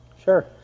Sure